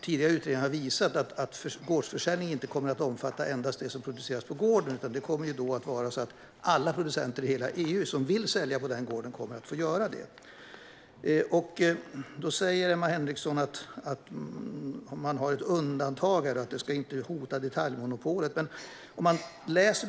Tidigare utredningar har visat att gårdsförsäljning inte kommer att omfatta endast det som produceras på gården, utan det kommer att vara så att alla producenter i hela EU som vill sälja på gården i fråga kommer att få göra det. Emma Henriksson säger att det finns ett undantag och att detta inte ska hota detaljmonopolet.